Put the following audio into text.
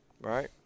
Right